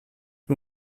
who